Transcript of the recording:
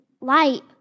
light